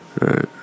right